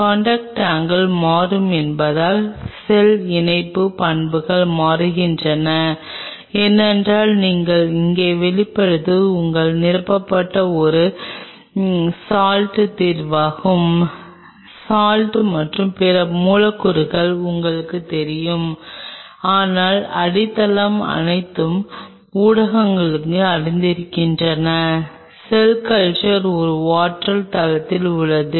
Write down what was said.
contact angle மாறும் என்பதால் cell இணைப்பு பண்புகளும் மாறுகின்றன ஏனென்றால் நீங்கள் இங்கே வெளியிடுவது உங்களால் நிரப்பப்பட்ட ஒரு சால்ட் தீர்வாகும் சால்ட் மற்றும் பிற மூலக்கூறுகள் உங்களுக்குத் தெரியும் ஆனால் அடித்தளம் அனைத்து ஊடகங்களையும் அறிந்திருக்கிறது செல் கல்ச்சர் ஒரு வாட்டர் தளத்தில் உள்ளது